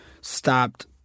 stopped